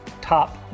top